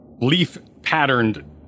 leaf-patterned